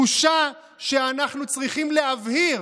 בושה שאנחנו צריכים להבהיר,